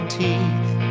teeth